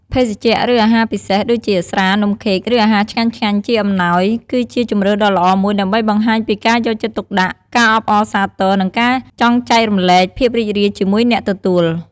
ភេសជ្ជៈ ឬអាហារពិសេស ដូចជា ស្រា នំខេក ឬអាហារឆ្ងាញ់ៗ ជាអំណោយ គឺជាជម្រើសដ៏ល្អមួយដើម្បីបង្ហាញពីការយកចិត្តទុកដាក់ ការអបអរសាទរ និងការចង់ចែករំលែកភាពរីករាយជាមួយអ្នកទទួល។